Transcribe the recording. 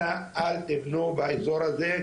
אנא אל תבנו באזור הזה,